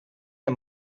wir